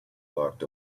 walked